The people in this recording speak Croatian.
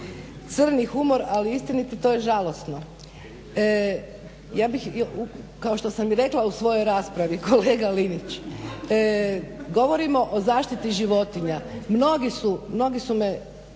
crni humor, ali istiniti. To je žalosno. Ja bih kao što sam i rekla u svojoj raspravi kolega Linić, govorimo o zaštiti životinja. Mnogi su mi